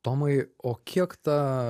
tomai o kiek ta